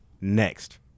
Next